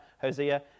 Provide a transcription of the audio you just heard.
Hosea